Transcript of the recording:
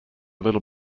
little